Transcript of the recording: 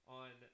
on